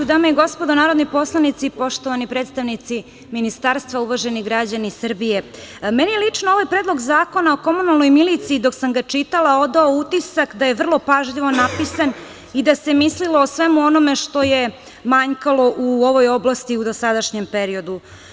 Dame i gospodo narodni poslanici, poštovani predstavnici Ministarstva, uvaženi građani Srbije, meni lično ovaj Predlog zakona o komunalnoj miliciji dok sam ga čitala odao utisak da je vrlo pažljivo napisan i da se mislilo o svemu onome što je manjkalo u ovoj oblasti u dosadašnjem periodu.